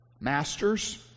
Masters